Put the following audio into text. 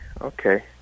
okay